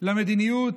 למדיניות